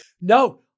No